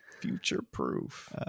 Future-proof